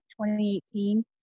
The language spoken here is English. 2018